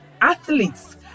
athletes